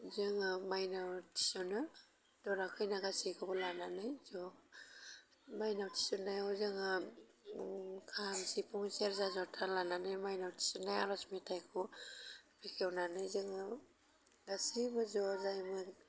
जोङो मायनाव थिस'नो दरा खैना गासैखौबो लानानै ज' मायनाव थिसन्नायाव जोङो खाम सिफुं सेरजा ज'था लानानै मायनाव थिसन्नाय आर'ज मेथाइखौ बेखेवनानै जोङो गासैबो ज' जायोमोन